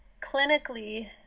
clinically